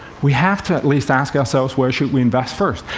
we have to at least ask ourselves where should we invest first.